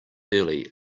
early